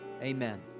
Amen